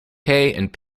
and